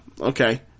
okay